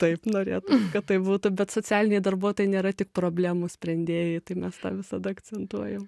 taip norėtų kad taip būtų bet socialiniai darbuotojai nėra tik problemų sprendėjai tai mes tą visada akcentuojam